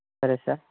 సరే సార్